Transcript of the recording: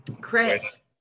Chris